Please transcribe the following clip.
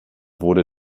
wurde